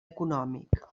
econòmic